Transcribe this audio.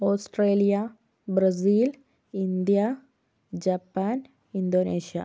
Australia Brazil India Japan Indonesia